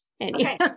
Okay